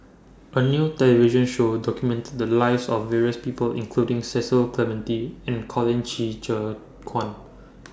A New television Show documented The Lives of various People including Cecil Clementi and Colin Qi Zhe Quan